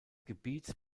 gebiets